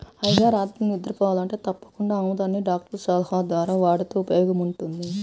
హాయిగా రాత్రిళ్ళు నిద్రబోవాలంటే తప్పకుండా ఆముదాన్ని డాక్టర్ల సలహా ద్వారా వాడితే ఉపయోగముంటది